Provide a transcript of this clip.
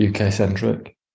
UK-centric